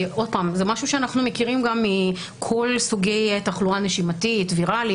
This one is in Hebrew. זה משהו שאנחנו מכירים מכל סוגי התחלואה הנשימתית וירלי,